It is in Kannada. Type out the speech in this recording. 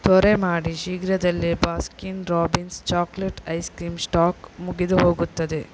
ತ್ವರೆ ಮಾಡಿ ಶೀಘ್ರದಲ್ಲೇ Baskin Robbins chocolate ice cream stock ಮುಗಿದು ಹೋಗುತ್ತದೆ